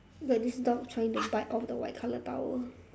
got this dog trying to bite off the white colour towel